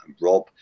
rob